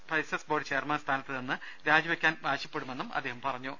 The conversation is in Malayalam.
സ്പൈസസ് ബോർഡ് ചെയർമാൻ സ്ഥാനത്ത് നിന്ന് രാജിവയ്ക്കാൻ ആവശ്യപ്പെടുമെന്നും അദ്ദേഹം പറഞ്ഞു